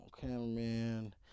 cameraman